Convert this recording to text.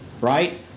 right